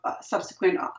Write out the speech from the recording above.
subsequent